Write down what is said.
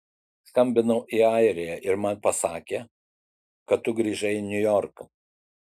skambinau į airiją ir man pasakė kad tu grįžai į niujorką